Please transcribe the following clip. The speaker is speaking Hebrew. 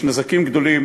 יש נזקים גדולים,